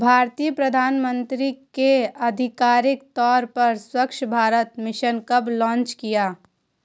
भारतीय प्रधानमंत्री ने आधिकारिक तौर पर स्वच्छ भारत मिशन कब लॉन्च किया?